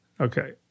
Okay